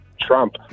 Trump